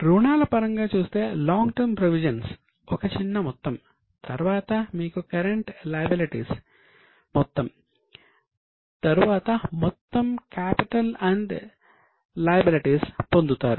రుణాల పరంగా చూస్తే లాంగ్ టర్మ్ ప్రొవిజన్స్ పొందుతారు